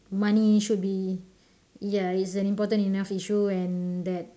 money should be ya it's an important enough issue and that